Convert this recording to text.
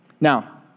Now